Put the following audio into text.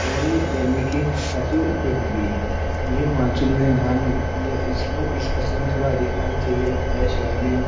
और गर्मी के हिसाब से उपयुक्त भी है वहीं मानसून में धान होती है इसमें इस फसल में थोड़ा अधिक पानी चाहिए रहता है सोयाबीन